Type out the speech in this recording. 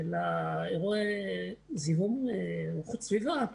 אירועי זיהום איכות סביבה,